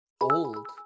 old